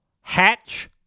Hatch